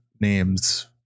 names